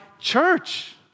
church